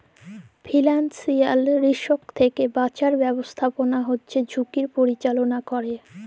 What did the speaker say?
financial risk থ্যাকে বাঁচার ব্যাবস্থাপনা হচ্যে ঝুঁকির পরিচাললা ক্যরে